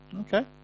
Okay